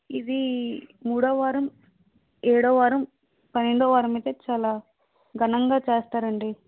ఇది మూడో వారం ఏడో వారం పన్నెండో వారమైతే చాలా ఘనంగా చేస్తారండి